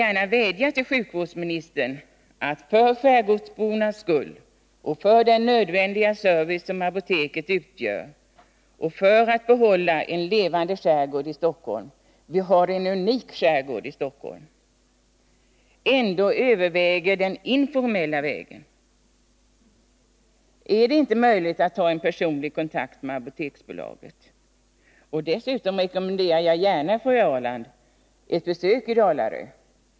Jag vädjar till sjukvårdsministern att för skärgårdsbornas skull, för den nödvändiga servicen som apoteket ger och för att behålla en levande skärgård utanför Stockholm — vi har en unik skärgård där — överväga den informella vägen. Är det inte möjligt att ta personlig kontakt med Apoteksbolaget? Dessutom rekommenderar jag fru Ahrland att göra ett besök på Dalarö.